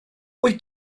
wyt